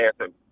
answer